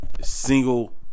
Single